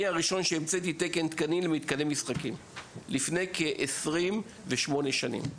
אני הראשון שהמצאתי תקנים למתקני משחקים כבר לפני 28 שנים.